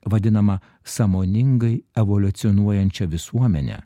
vadinamą sąmoningai evoliucionuojančia visuomene